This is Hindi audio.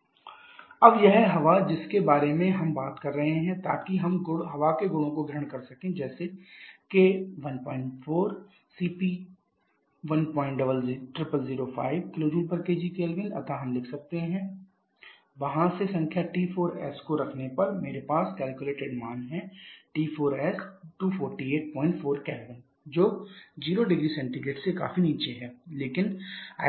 P4 069 bar अब यह हवा है जिसके बारे में हम बात कर रहे हैं ताकि हम हवा के गुणों को ग्रहण कर सकें जैसे k 14 Cp to 10005 kJkgK अतः हम लिख सकते हैं T4sT3P4P3k 1k वहां से संख्या T4s को रखने परमेरे पास कैलकुलेटेड मान है T4s 2484 Kelvin जो 00C से काफी नीचे है लेकिन